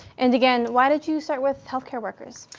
and again, why did you start with healthcare workers?